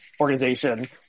organization